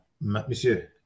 monsieur